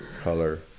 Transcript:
color